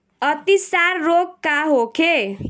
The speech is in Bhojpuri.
अतिसार रोग का होखे?